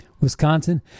Wisconsin